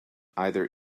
either